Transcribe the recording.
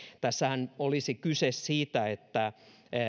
tässähän olisi kyse siitä että